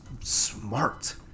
smart